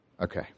Okay